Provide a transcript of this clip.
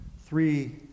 Three